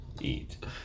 eat